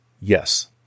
Yes